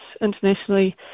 internationally